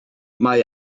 mae